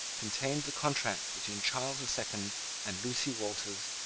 contained the contract between charles the second and lucy walters,